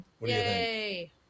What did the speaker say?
Yay